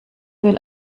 will